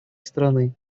страны